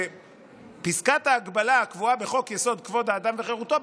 שפסקת ההגבלה הקבועה בחוק-יסוד: כבוד האדם וחירותו,